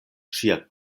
ŝia